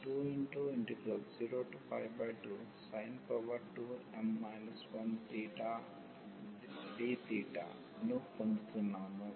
మనము ఇక్కడ 202sin2m 1 dθను పొందుతున్నాము